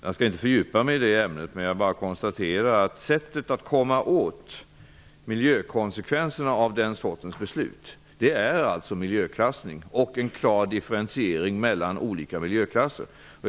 Jag skall inte fördjupa mig i det ämnet, men jag konstaterar att sättet att komma åt miljökonsekvenserna av den sortens beslut är att man har miljöklassning och en klar differentiering mellan de olika miljöklasserna.